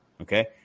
Okay